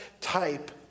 type